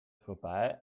vorbei